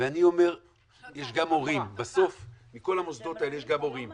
ואני אומר שבסוף מכל המוסדות האלה יש גם הורים,